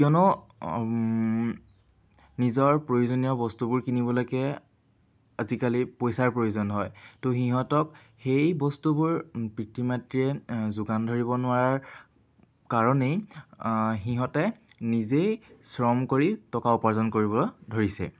কিয়নো নিজৰ প্ৰয়োজনীয় বস্তুবোৰ কিনিবলৈকে আজিকালি পইচাৰ প্ৰয়োজন হয় ত' সিহঁতক সেই বস্তুবোৰ পিতৃ মাতৃয়ে যোগান ধৰিব নোৱাৰাৰ কাৰণেই সিহঁতে নিজেই শ্ৰম কৰি টকা উপাৰ্জন কৰিব ধৰিছে